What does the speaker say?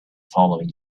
following